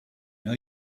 know